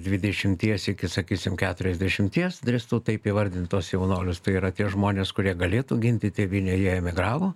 dvidešimties iki sakysim keturiasdešimties drįstu taip įvardint tuos jaunuolius tai yra tie žmonės kurie galėtų ginti tėvynę jie emigravo